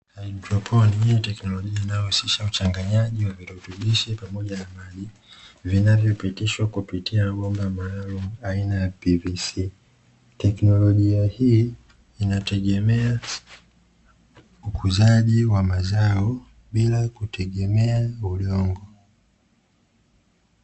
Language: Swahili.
Hydroponi hii ni teknolojia inayohusisha uchanganyaji wa virutubisho pamoja na maji vinavyopitishwa kupitia bomba maalumu aina ya ''PVC'' teknolojia hii inategemea ukuzaji wa mazao bila kutegemea udongo.